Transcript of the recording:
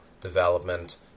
development